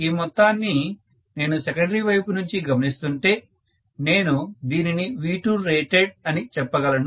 ఈ మొత్తాన్నీ నేను సెకండరీ వైపు నుంచి గమనిస్తుంటే నేను దీనిని V2rated అని చెప్పగలను